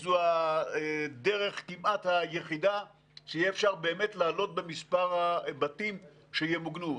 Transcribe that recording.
שזו הדרך כמעט היחידה שיהיה אפשר באמת לעלות במספר הבתים שימוגנו.